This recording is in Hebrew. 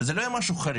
זה לא היה משהו חריג.